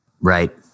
Right